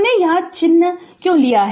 तो हमने यहाँ चिन्ह क्यों लिया है